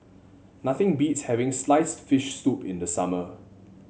nothing beats having sliced fish soup in the summer